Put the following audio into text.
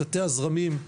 תתי הזרמים,